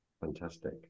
Fantastic